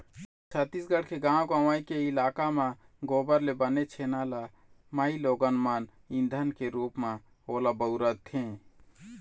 छत्तीसगढ़ के गाँव गंवई के इलाका म गोबर ले बने छेना ल माइलोगन मन ईधन के रुप म ओला बउरथे